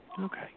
Okay